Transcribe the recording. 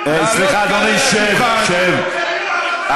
שבכלל לא צריך להיות בבית הזה.